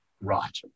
right